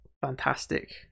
fantastic